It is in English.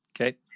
Okay